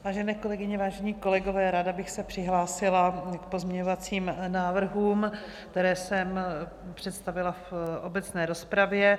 Vážené kolegyně, vážení kolegové, ráda bych se přihlásila k pozměňovacím návrhům, které jsem představila v obecné rozpravě.